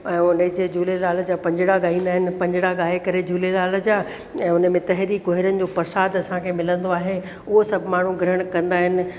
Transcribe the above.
ऐं उन जे झूलेलाल जा पंजिड़ा ॻाईंदा आहिनि पंजिड़ा ॻाए करे उन झूलेलाल जा ऐं उन में तहरी कोहेरनि जो परसाद असांखे मिलंदो आहे उहो सभु माण्हू ग्रहण कंदा आहिनि